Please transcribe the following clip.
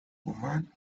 buchanan